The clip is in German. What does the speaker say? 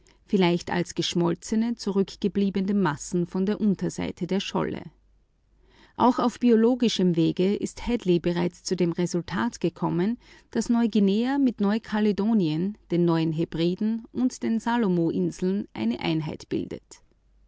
vielleicht als geschmolzene zurückgebliebene massen von der unterseite der scholle auch auf biologischem wege ist hedley zu dem resultat gekommen daß neuguinea mit neukaledonien den neuen hebriden und den salomoinseln eine einheit bildet